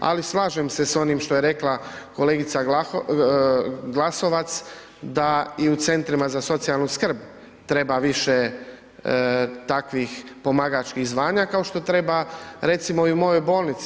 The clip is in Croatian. Ali slažem se s onim što je rekla kolegica Glasovac da i u centrima za socijalnu skrb treba više takvih pomagačkih zvanja kao što treba recimo i u mojoj bolnici.